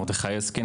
מרדכי אסקין,